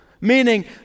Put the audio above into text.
meaning